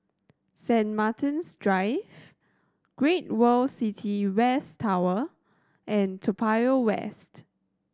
St Martin's Drive Great World City West Tower and Toa Payoh West